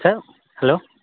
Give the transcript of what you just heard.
sir hello